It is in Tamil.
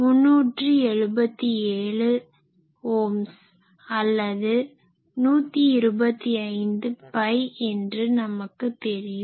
அதன் மதிப்பு 377Ω அல்லது 125 π என்பது நமக்குத் தெரியும்